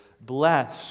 bless